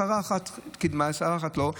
שרה אחת קידמה ושרה אחת לא.